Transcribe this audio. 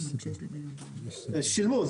שילמו.